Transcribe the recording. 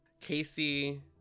Casey